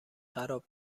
خراب